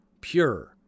pure